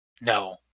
No